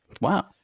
Wow